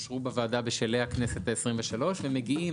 שאושרו בוועדה בשלהי בכנסת ה-23 ומגיעים